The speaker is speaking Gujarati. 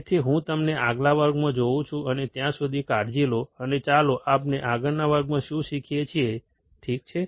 તેથી હું તમને આગલા વર્ગમાં જોઉં છું અને ત્યાં સુધી કાળજી લો અને ચાલો આપણે આગળના વર્ગમાં શું શીખીએ છીએ ઠીક છે